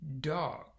dog